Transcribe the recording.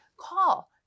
call